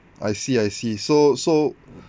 I see I see so so